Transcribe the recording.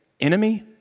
enemy